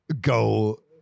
go